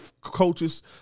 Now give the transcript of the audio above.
coaches